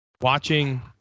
watching